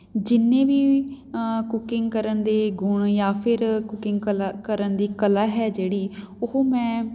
ਜਿੰਨੇ ਵੀ ਕੁਕਿੰਗ ਕਰਨ ਦੇ ਗੁਣ ਜਾਂ ਫਿਰ ਕੁਕਿੰਗ ਕਲਾ ਕਰਨ ਦੀ ਕਲਾ ਹੈ ਜਿਹੜੀ ਉਹ ਮੈਂ